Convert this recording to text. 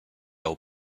old